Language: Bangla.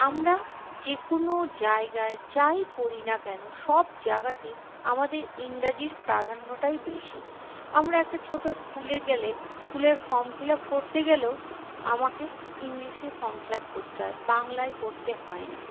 আমরা যে কোনো জায়গায় যাই করি না কেন সব জাগাতে আমাদের ইংরাজির প্রাধান্যটাই বেশি আমরা একটা ছোটো স্কুলে গেলে স্কুলের ফর্ম ফিল আপ করতে গেলেও আমাকে ইংলিশে ফর্ম ফিল আপ করতে হয় বাংলায় করতে হয় না